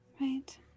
Right